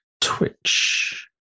Twitch